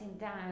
down